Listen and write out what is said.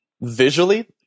visually